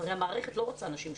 המערכת לא רוצה אנשים שחוקים,